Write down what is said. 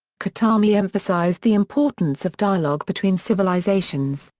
khatami emphasised the importance of dialogue between civilizations,